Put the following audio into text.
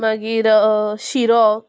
मागीर शिरो